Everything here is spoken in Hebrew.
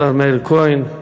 השר מאיר כהן,